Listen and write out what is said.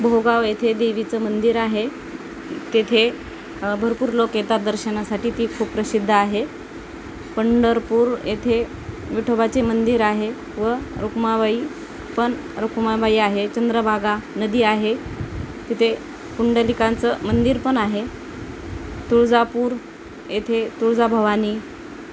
लोहगाव येथे देवीचं मंदिर आहे तेथे भरपूर लोक येतात दर्शनासाठी ती खूप प्रसिद्ध आहे पंढरपूर येथे विठोबाचे मंदिर आहे व रुकमाबाईपण रुकमाबाई आहे चंद्रभागा नदी आहे तिथे कुंडलिकांचं मंदिरपण आहे तुळजापूर येथे तुळजा भवानी